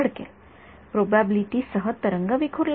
विद्यार्थी हो प्रोबॅबिलिटी सह एक विखुरला जाईल